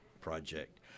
project